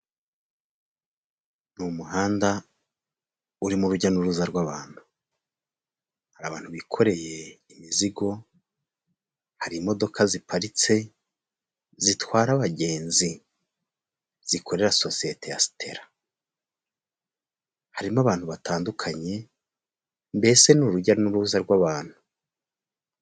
Ni umuhanda uririmo urujya n'uruza rw'abantu, hari abantu bikoreye imizigo, hari imodoka ziparitse zitwara abagenzi, zikorera sosiyete ya sitera harimo abantu batandukanye, mbese ni urujya n'uruza rw'abantu.